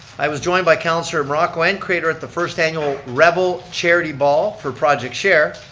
i was joined by councilor morocco and craitor at the first annual revel charity ball for project share,